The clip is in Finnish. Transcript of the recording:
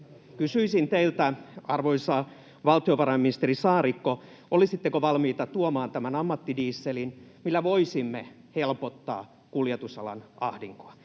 Kysyisin teiltä, arvoisa valtiovarainministeri Saarikko: olisitteko valmiita tuomaan tämän ammattidieselin, millä voisimme helpottaa kuljetusalan ahdinkoa?